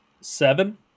Seven